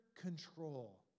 control